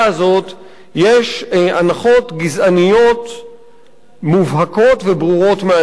יש הנחות גזעניות מובהקות וברורות מאליהן.